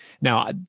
now